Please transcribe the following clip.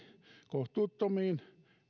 kohtuuttomiin